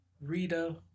Rita